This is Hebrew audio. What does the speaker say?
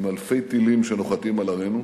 עם אלפי טילים שנוחתים על ערינו,